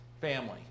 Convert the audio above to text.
family